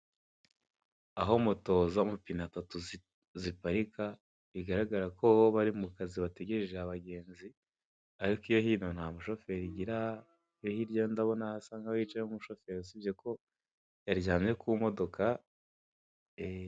Aho moto z'amapine atatu ziparika bigaragarako bari mukazi bategereje abagenzi ariko iyo hino nta mushoferi igira iyo hirya yo ndabona hasa nkaho hicayeho umushoferi sibye ko yaryamye ku modoka.